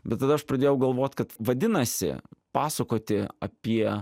bet tada aš pradėjau galvot kad vadinasi pasakoti apie